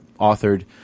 authored